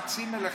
כבר רצים אליכם.